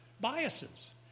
biases